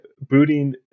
booting